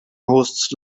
hosts